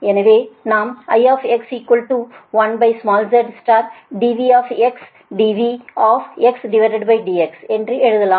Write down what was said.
நாம் Ix1small zdVdVdx என்று எழுதலாம்